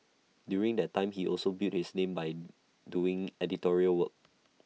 during that time he also built his name by doing editorial work